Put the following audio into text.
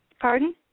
Pardon